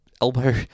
elbow